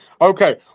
Okay